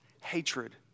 Hatred